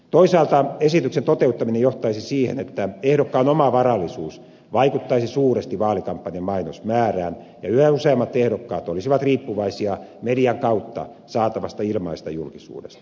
toisaalta esityksen toteuttaminen johtaisi siihen että ehdokkaan oma varallisuus vaikuttaisi suuresti vaalikampanjan mainosmäärään ja yhä useammat ehdokkaat olisivat riippuvaisia median kautta saatavasta ilmaisesta julkisuudesta